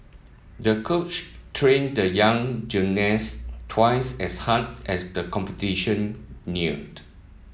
the coach trained the young gymnast twice as hard as the competition neared